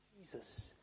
Jesus